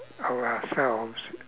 or ourselves